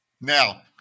Now